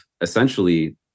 essentially